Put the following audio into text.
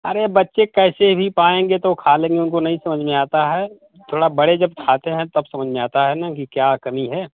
अरे बच्चे कैसे भी पाएंगे तो खा लेंगे उनको नहीं समझ में आता है थोड़ा बड़े जब खाते हैं तब समझ में आता है ना की क्या कमी है